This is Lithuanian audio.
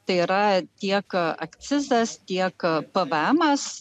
tai yra tiek akcizas tiek pvmas